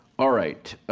alright,